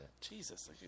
Jesus